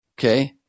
Okay